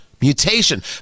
mutation